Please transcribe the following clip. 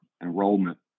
enrollment